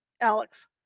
Alex